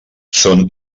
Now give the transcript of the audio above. són